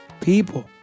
people